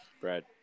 Brad